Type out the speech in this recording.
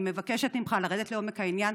אני מבקשת ממך לרדת לעומק העניין,